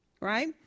right